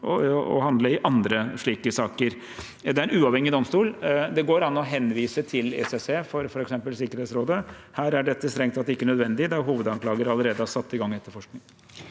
å handle også i andre slike saker. Det er en uavhengig domstol. Det går an å henvise til ICC for f.eks. Sikkerhetsrådet. Her er dette strengt tatt ikke nødvendig, da hovedanklager allerede har satt i gang etterforskning.